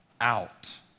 out